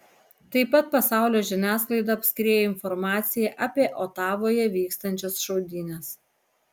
tai pat pasaulio žiniasklaidą apskriejo informacija apie otavoje vykstančias šaudynes